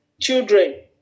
children